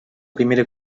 primera